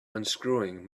unscrewing